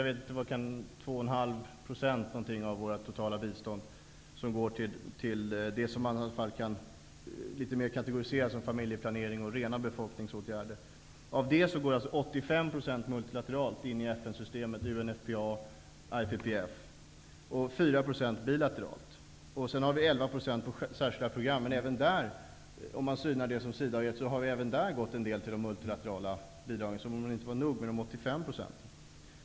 Det är väl ca 2,5 % av vårt totala bistånd som går till det som kan kategoriseras som familjeplanering och rena befolkningsåtgärder. Av detta går 85 % och 4 % bilateralt. Sedan har vi 11 % på särskilda program. Men även där, om man synar det som SIDA har gett, har en del gått till de multilaterala bidragen, som om det inte var nog med dessa 85 %.